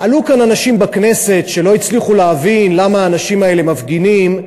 עלו כאן אנשים בכנסת שלא הצליחו להבין למה האנשים האלה מפגינים,